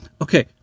Okay